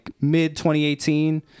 mid-2018